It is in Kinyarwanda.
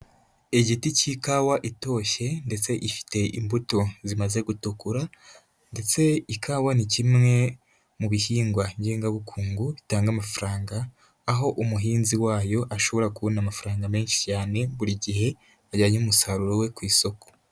Igiti cy'ikawa itoshye ndetse ifite imbuto zimaze gutukura ndetse ikawa ni kimwe mu bihingwa ngengabukungu bitanga amafaranga, aho umuhinzi wayo ashobora kubona amafaranga menshi cyane buri gihe yajyanye umusaruro we ku isoko.